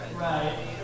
Right